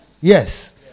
Yes